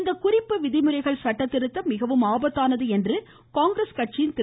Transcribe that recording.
இந்த குறிப்பு விதிமுறைகள் சட்டதிருத்தம் மிகவும் ஆபத்தானது காங்கிரஸ் கட்சியின் திரு